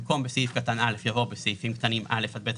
במקום "בסעיף קטן (א)" יבוא "בסעיפים קטנים (א) עד (ב1),